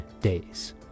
days